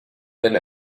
than